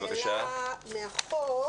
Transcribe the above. יש לי רק עוד שאלה מהחוק,